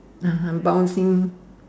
[aha] bouncing